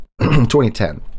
2010